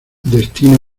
destino